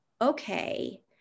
okay